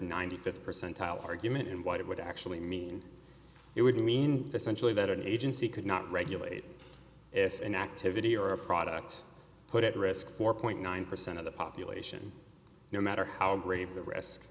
ninety fifth percentile argument and what it would actually mean it would mean essentially that an agency could not regulate if an activity or a product put at risk four point nine percent of the population no matter how grave the risk